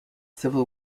civil